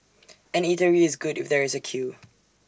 an eatery is good if there is A queue